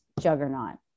juggernaut